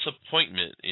Disappointment